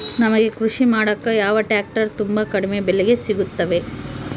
ನಮಗೆ ಕೃಷಿ ಮಾಡಾಕ ಯಾವ ಟ್ರ್ಯಾಕ್ಟರ್ ತುಂಬಾ ಕಡಿಮೆ ಬೆಲೆಗೆ ಸಿಗುತ್ತವೆ?